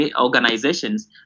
organizations